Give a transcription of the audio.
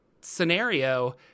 scenario